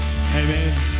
amen